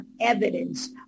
evidence